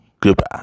Goodbye